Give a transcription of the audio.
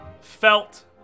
felt